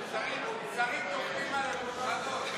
שרים דופקים על השולחנות,